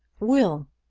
will!